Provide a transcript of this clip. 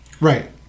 Right